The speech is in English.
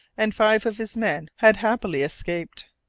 and five of his men had happily escaped.